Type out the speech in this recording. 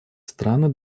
страны